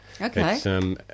Okay